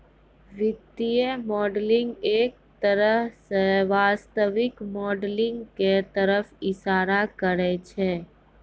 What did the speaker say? वित्तीय मॉडलिंग एक तरह स वास्तविक मॉडलिंग क तरफ इशारा करै छै